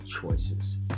choices